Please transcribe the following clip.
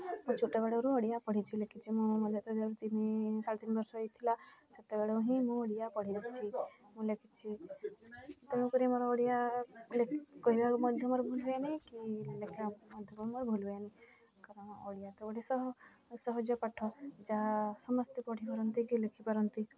ମୁଁ ଛୋଟ ବେଳରୁ ଓଡ଼ିଆ ପଢ଼ିଛି ଲେଖିଛି ମୋ ଯେତେବେଳେ ତିନି ସାଢ଼େ ତିନି ବର୍ଷ ହୋଇଥିଲା ସେତେବେଳୁ ହିଁ ମୁଁ ଓଡ଼ିଆ ପଢ଼ିଛି ମୁଁ ଲେଖିଛି ତେଣୁକରି ମୋର ଓଡ଼ିଆ କହିବାକୁ ମଧ୍ୟ ଭୁଲ୍ ହୁଏନି କି ଲେଖିବା ମଧ୍ୟ ମୋର ଭୁଲ୍ ହୁଏନି କାରଣ ଓଡ଼ିଆ ତ ଗୋଟେ ସହଜ ପାଠ ଯାହା ସମସ୍ତେ ପଢ଼ିପାରନ୍ତି କି ଲେଖିପାରନ୍ତି